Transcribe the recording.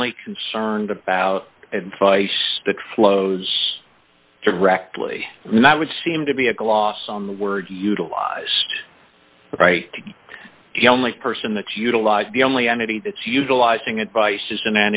only concerned about advice that flows directly that would seem to be a gloss on the word utilized right to the only person that utilize the only entity that's utilizing advice is an